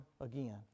again